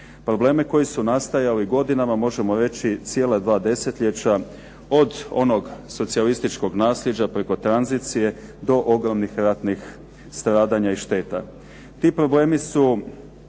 probleme koji su nastajali godinama, možemo reći cijela dva desetljeća, od onog socijalističkog naslijeđa preko tranzicije do ogromnih ratnih stradanja i šteta. Ti problemi su